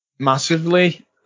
Massively